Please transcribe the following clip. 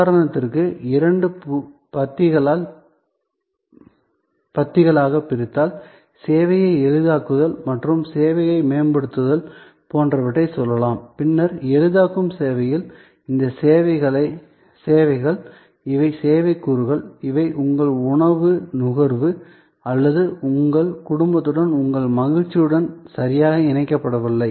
உதாரணத்திற்கு இரண்டு பத்திகளாகப் பிரித்தால் சேவையை எளிதாக்குதல் மற்றும் சேவைகளை மேம்படுத்துதல் போன்றவற்றைச் சொல்லலாம் பின்னர் எளிதாக்கும் சேவையில் இவை சேவைகள் இவை சேவை கூறுகள் இவை உங்கள் உணவு நுகர்வு அல்லது உங்கள் குடும்பத்துடன் உங்கள் மகிழ்ச்சியுடன் சரியாக இணைக்கப்படவில்லை